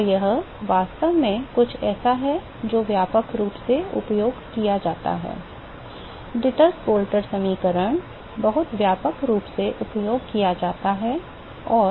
तो यह वास्तव में कुछ ऐसा है जो बहुत व्यापक रूप से उपयोग किया जाता है डिटस बोएल्टर समीकरण बहुत व्यापक रूप से उपयोग किया जाता है और